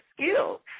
skills